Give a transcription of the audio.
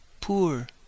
poor